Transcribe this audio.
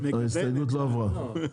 ההסתייגות נדחתה.